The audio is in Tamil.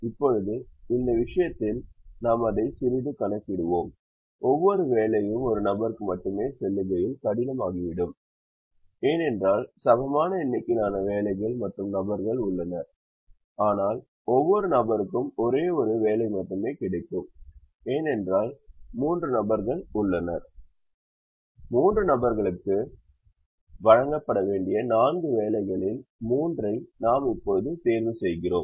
இப்போது இந்த விஷயத்தில் நாம் அதை சிறிது கணக்கீடுவோம் ஒவ்வொரு வேலையும் ஒரு நபருக்கு மட்டுமே செல்லுகையில் கடினமாகிவிடும் ஏனென்றால் சமமான எண்ணிக்கையிலான வேலைகள் மற்றும் நபர்கள் உள்ளனர் ஆனால் ஒவ்வொரு நபருக்கும் ஒரே ஒரு வேலை மட்டுமே கிடைக்கும் ஏனென்றால் மூன்று நபர்கள் உள்ளனர் மூன்று நபர்களுக்கு வழங்கப்பட வேண்டிய நான்கு வேலைகளில் மூன்றை நாம் இப்போது தேர்வு செய்கிறோம்